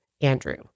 andrew